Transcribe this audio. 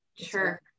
sure